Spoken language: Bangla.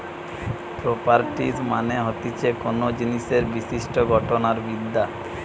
প্রোপারটিস মানে হতিছে কোনো জিনিসের বিশিষ্ট গঠন আর বিদ্যা